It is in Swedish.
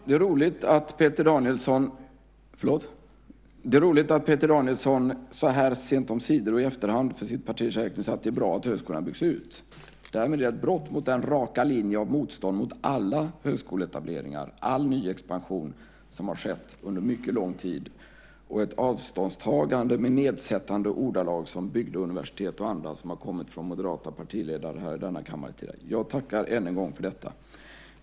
Fru talman! Det är roligt att Peter Danielsson så här sent omsider och i efterhand för sitt partis räkning säger att det är bra att högskolan byggs ut. Det är det brott mot den raka linje av motstånd mot alla högskoleetableringar, all ny expansion, som har rått under mycket lång tid. Det har varit ett avståndstagande med nedsättande ordalag som "bygdeuniversitet" och annat som har kommit från moderata partiledare i denna kammare. Jag tackar än en gång för detta.